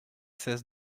seize